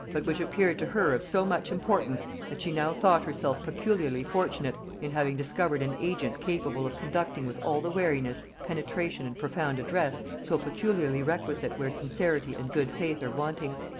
but which appeared to her of so much importance that she now thought herself peculiarly fortunate in having discovered an agent capable of conducting with all the wariness, penetration and profound address so peculiarly requisite where sincerity and good faith are wanting.